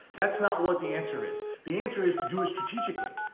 that's not what the answer is. the answer is to do it strategically.